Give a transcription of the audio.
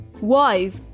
Wife